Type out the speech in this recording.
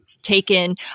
taken